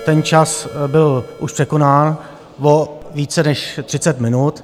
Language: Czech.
Ten čas byl už překonán o více než 30 minut.